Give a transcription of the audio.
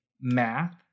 math